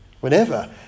Whenever